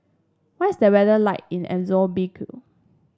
what is the weather like in Mozambique